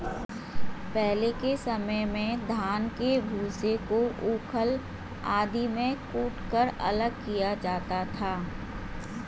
पहले के समय में धान के भूसे को ऊखल आदि में कूटकर अलग किया जाता था